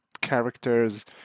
characters